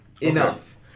Enough